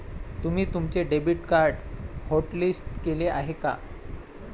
तुम्ही तुमचे debit card hotlist केले आहे का?